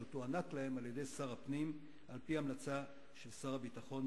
שתוענק להם על-ידי שר הפנים על-פי המלצה של שר הביטחון,